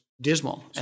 dismal